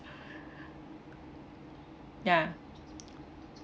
ya